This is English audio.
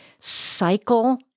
cycle